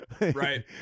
right